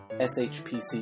SHPC